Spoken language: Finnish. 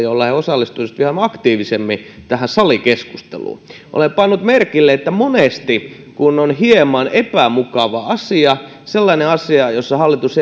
jolla he osallistuisivat vähän aktiivisemmin tähän salikeskusteluun olen pannut merkille että monesti kun on hieman epämukava asia sellainen asia jossa hallitus